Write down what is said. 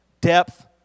depth